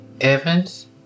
Evans